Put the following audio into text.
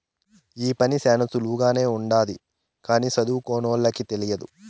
ఈ పని శ్యానా సులువుగానే ఉంటది కానీ సదువుకోనోళ్ళకి తెలియదు